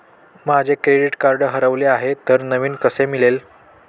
माझे credit card हरवले आहे तर नवीन कसे मिळेल?